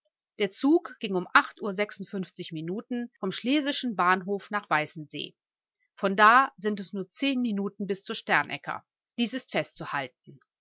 der zug ging um uhr minuten vom schlesischen bahnhof nach weißensee von da sind es nur zehn minuten bis zu sternecker dies ist festzuhalten